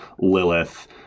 Lilith